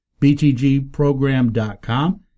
btgprogram.com